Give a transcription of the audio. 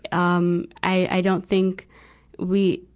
um, i, i don't think we,